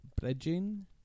Bridging